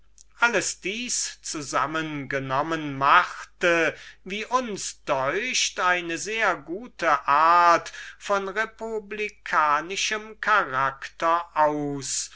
alles dieses zusammengenommen machte wie uns deucht eine sehr gute art von republikanischem charakter und